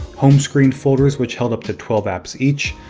home screen folders which held up to twelve apps each,